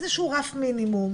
איזשהו רף מינימום